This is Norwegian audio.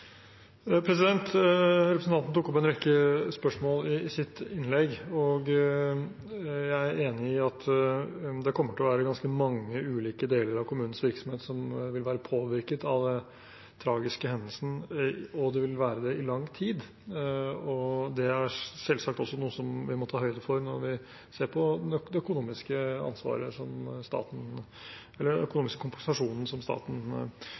Representanten tok opp en rekke spørsmål i sitt innlegg, og jeg er enig i at det kommer til å være ganske mange ulike deler av kommunens virksomhet som vil være påvirket av den tragiske hendelsen – og det vil være det i lang tid. Det er selvsagt også noe vi må ta høyde for når vi ser på den økonomiske kompensasjonen som staten tar på seg. Blant annet vil det her være omsorgsboliger som